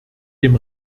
dem